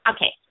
Okay